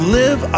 live